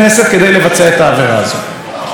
לא החמירו איתו.